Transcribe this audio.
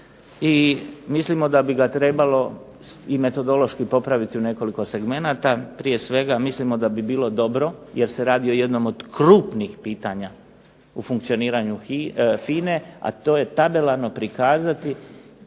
i mislimo da bi ga trebalo i metodološki popraviti u nekoliko segmenata. Prije svega, mislimo da bi bilo dobro jer se radi o jednom od krupnih pitanja u funkcioniranju FINA-e, a to je tabelarno prikazati